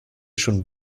schon